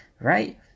right